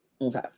Okay